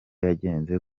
yagenze